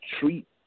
treat